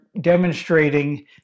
demonstrating